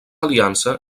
aliança